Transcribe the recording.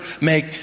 make